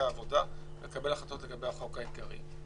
עבודה ולקבל החלטות לגבי החוק העיקרי.